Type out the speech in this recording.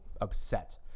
upset